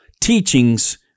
teachings